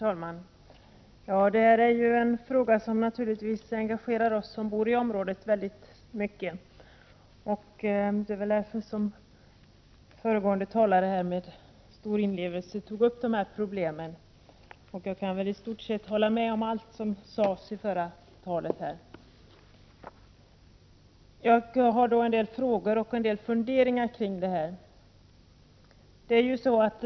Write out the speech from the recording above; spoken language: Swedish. Herr talman! Det här är en fråga som naturligtvis starkt engagerar oss som bor i området. Det är väl därför föregående talare med stor inlevelse tagit upp problemet. Jag kan hålla med om i stort sett allt han sade. Jag har en del frågor och funderingar kring det här.